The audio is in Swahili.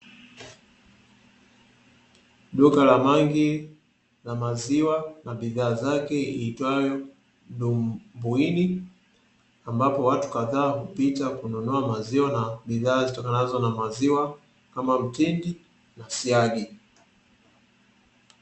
Duka la mangi la maziwa na bidhaa nyingine liloandingwa mpungi watu wakipita kununua maziwa na bidhaa nyingine za maziwa kama vile siagi